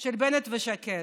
של בנט ושקד?